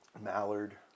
Mallard